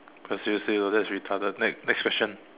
no seriously though that's retarded next next question